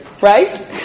right